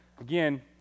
Again